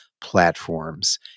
platforms